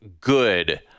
good